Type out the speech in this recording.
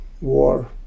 war